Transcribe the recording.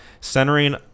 centering